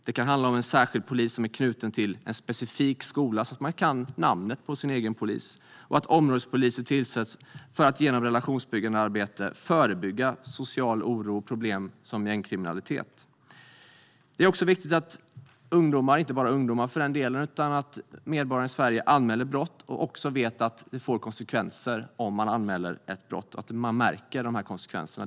Det kan handla om en särskild polis som är knuten till en specifik skola, så att man kan namnet på sin egen polis, och om att områdespoliser tillsätts för att genom relationsbyggande arbete förebygga social oro och problem som gängkriminalitet. Det är också viktigt att ungdomar - och inte bara ungdomar, för den delen, utan alla medborgare i Sverige - anmäler brott, att man vet att det får konsekvenser om man anmäler ett brott och att man märker dessa konsekvenser.